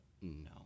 No